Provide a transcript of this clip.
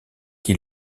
qui